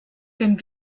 den